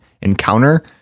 encounter